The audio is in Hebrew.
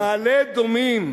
מעלה-אדומים,